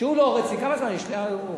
כמה זמן יש לי?